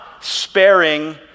sparing